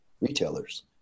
retailers